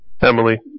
Emily